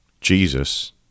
Jesus